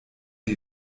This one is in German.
die